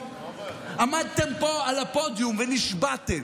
עמדתם פה על הפודיום ונשבעתם,